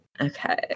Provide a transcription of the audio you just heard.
Okay